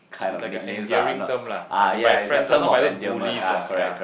it's like an enduring term lah as in by friends lah not by those bullies lah ya